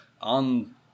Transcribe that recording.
on